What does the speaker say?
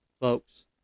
folks